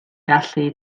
gallu